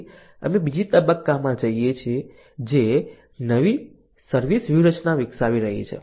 પછી અમે બીજા તબક્કામાં જઈએ છીએ જે નવી સર્વિસ વ્યૂહરચના વિકસાવી રહી છે